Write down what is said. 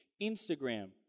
Instagram